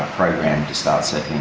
programmed to start settling